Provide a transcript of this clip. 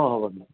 অঁ হ'ব